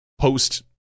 Post